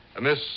Miss